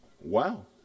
Wow